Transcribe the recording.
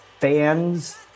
fans